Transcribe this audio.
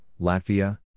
Latvia